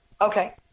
okay